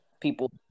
people